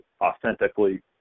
authentically